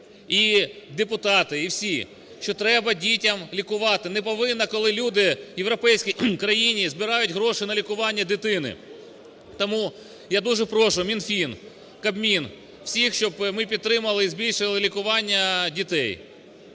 і депутати, і всі, що треба дітей лікувати. Не повинно, коли люди в європейській країні збирають гроші на лікування дитини. Тому я дуже прошу Мінфін, Кабмін, всіх, щоб ми підтримали і збільшили лікування дітей